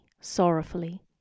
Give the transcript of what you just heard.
sorrowfully